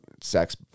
sex